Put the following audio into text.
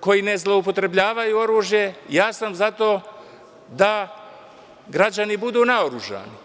koji ne zloupotrebljavaju oružje, ja sam za to da građani budu naoružani.